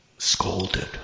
Scolded